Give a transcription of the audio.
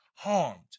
Harmed